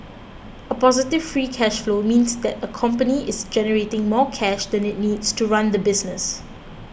a positive free cash flow means that a company is generating more cash than it needs to run the business